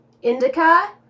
Indica